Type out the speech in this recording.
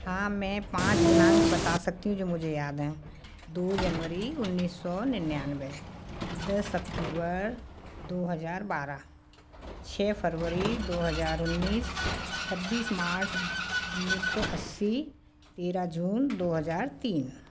हाँ में पाँच दिनांक बता सकती हूँ जो मुझे याद हैं दो जनवरी उन्नीस सौ निन्यानवे दस अक्टूबर दो हज़ार बारह छः फरबरी दो हज़ार उन्नीस छब्बीस मार्च उन्नीस सौ अस्सी तेरह जून दो हज़ार तीन